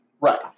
right